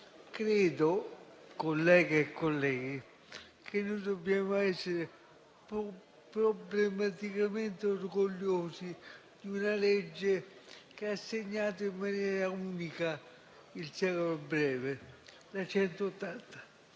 Credo, colleghe e colleghi, che noi dobbiamo essere problematicamente orgogliosi di una legge che ha segnato in maniera unica il secolo breve, la n.